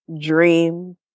dream